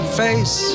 face